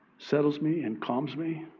settles me and calms me.